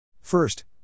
First